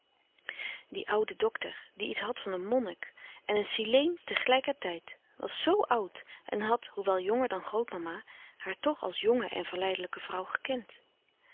die oude dokter die iets had van een monnik en een sileen tegelijkertijd was zo oud en had hoewel jonger dan grootmama haar toch als jonge en verleidelijke vrouw gekend